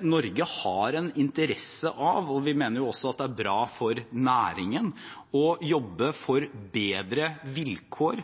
Norge har interesse av – og vi mener også at det er bra for næringen – å jobbe for bedre vilkår